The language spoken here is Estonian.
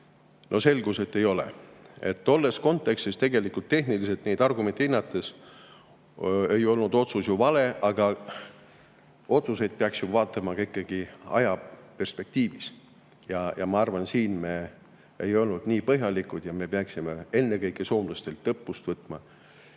No selgus, et ei ole. Tolles kontekstis neid argumente tehniliselt hinnates ei olnud see otsus ju vale, aga otsuseid peaks vaatama ikkagi ajaperspektiivis. Ma arvan, et me ei olnud nii põhjalikud ja me peaksime ennekõike soomlastelt õppust võtma,